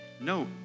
no